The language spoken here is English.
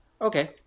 Okay